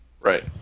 right